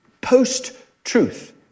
Post-truth